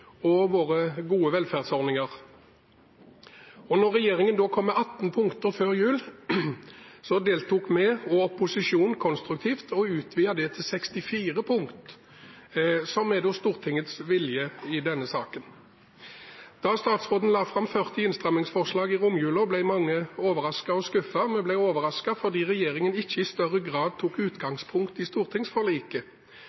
og våre gode velferdsordninger. Da regjeringen kom med 18 punkter før jul, deltok vi og opposisjonen konstruktivt og utvidet disse til 64 punkter, som da er Stortingets vilje i denne saken. Da statsråden la fram 40 innstrammingsforslag i romjulen, ble mange overrasket og skuffet. Vi ble overrasket fordi regjeringen ikke i større grad tok